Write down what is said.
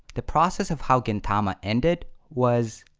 the process of how gintama ended was,